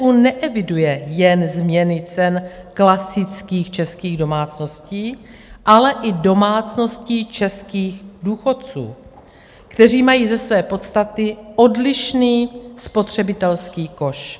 ČSÚ neeviduje jen změny cen klasických českých domácností, ale i domácností českých důchodců, kteří mají ze své podstaty odlišný spotřebitelský koš.